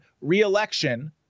re-election